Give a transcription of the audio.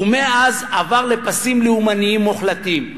ומאז עבר לפסים לאומניים מוחלטים.